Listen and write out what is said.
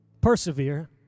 persevere